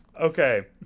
Okay